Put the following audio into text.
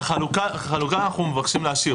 את החלוקה אנחנו מבקשים להשאיר.